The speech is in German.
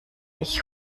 ich